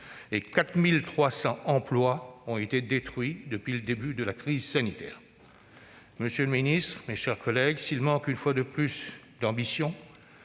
et 4 300 emplois ont été détruits depuis le début de la crise sanitaire. Monsieur le ministre, mes chers collègues, bien qu'il manque, une fois de plus, d'ambition,